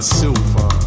silver